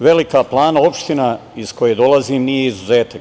Velika Plana, opština iz koje dolazim, nije izuzetak.